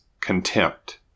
contempt